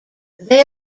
they